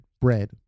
bread